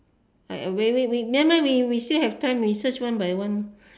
I uh wait wait wait never mind we we still have time we search we by one